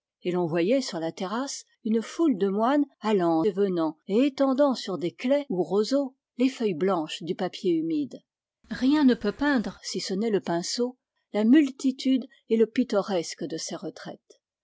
et l'on voyait sur la terrasse une foule de moines allant et venant et étendant sur des claies ou roseaux les feuilles blanches du papier humide rien ne peut peindre si ce n'est le pinceau la multitude et le pittoresque de ces retraites